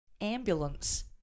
Ambulance